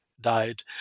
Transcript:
died